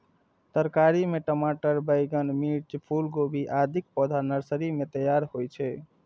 तरकारी मे टमाटर, बैंगन, मिर्च, फूलगोभी, आदिक पौधा नर्सरी मे तैयार होइ छै